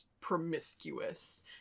promiscuous